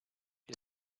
you